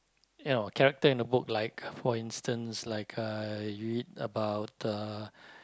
you know character in a book like for instance like uh you read about the